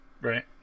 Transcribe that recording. Right